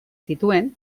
zituen